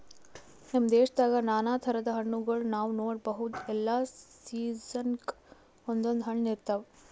ನಮ್ ದೇಶದಾಗ್ ನಾನಾ ಥರದ್ ಹಣ್ಣಗೋಳ್ ನಾವ್ ನೋಡಬಹುದ್ ಎಲ್ಲಾ ಸೀಸನ್ಕ್ ಒಂದೊಂದ್ ಹಣ್ಣ್ ಇರ್ತವ್